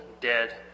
dead